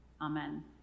Amen